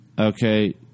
okay